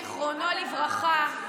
זיכרונו לברכה,